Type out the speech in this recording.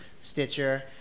Stitcher